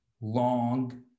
long